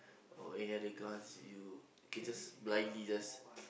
or any other guns you can just blindly just